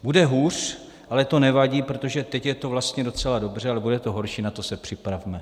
Bude hůř, ale to nevadí, protože teď je to vlastně docela dobře, ale bude to horší, na to se připravme.